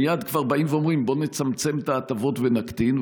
מייד כבר באים ואומרים: בוא נצמצם את ההטבות ונקטין,